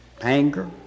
anger